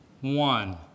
one